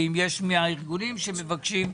ואם יש מהארגונים שמבקשים,